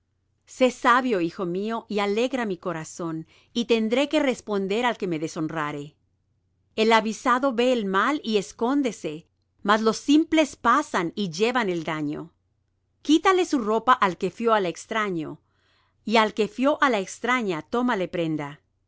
sé sabio hijo mío y alegra mi corazón y tendré qué responder al que me deshonrare el avisado ve el mal y escóndese mas los simples pasan y llevan el daño quítale su ropa al que fió al extraño y al que fió á la extraña tómale prenda